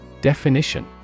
Definition